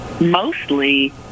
mostly